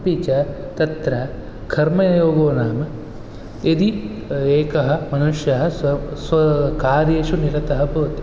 अपि च तत्र कर्मयोगो नाम यदि एकः मनुष्यः स्व स्वकार्येषु निरतः भवति